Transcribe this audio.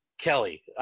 Kelly